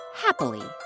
happily